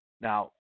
Now